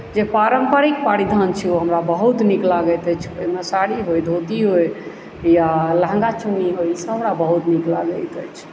जे पारम्परिक परिधान छै ओ हमरा बहुत नीक लागैत अछि एहिमे साड़ी होइ धोती होइ या लहँगा चुन्नी होइ ईसभ हमरा बहुत नीक लागैत अछि